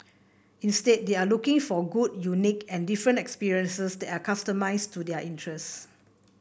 instead they are looking for good unique and different experiences that are customised to their interests